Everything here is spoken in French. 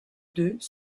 deux